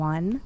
One